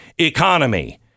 economy